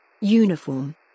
Uniform